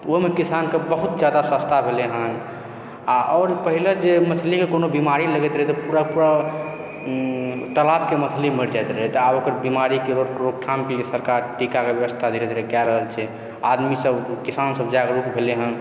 ओहिमे किसानके बहुत जादा सस्ता भेलय हन आ आओर पहिले जे मछलीके जे कोनो बीमारी लगति रहय तऽ पूराके पुरा तालाबके मछली मरि जाइत रहय तऽ आब ओकर बीमारीके बहुत रोकथामके लिए सरकार टीकाके व्यवस्था धीरे धीरे कै रहल छी आदमीसभ किसानसभ जागरुक भेलै हन